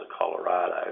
Colorado